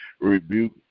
rebuke